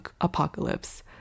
apocalypse